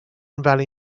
valley